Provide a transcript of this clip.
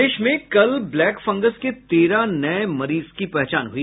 प्रदेश में कल black fungus के तेरह नये मरीज की पहचान हुई